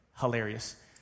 hilarious